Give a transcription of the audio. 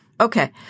Okay